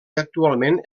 actualment